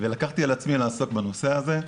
ולקחתי על עצמי לעסוק בנושא הזה.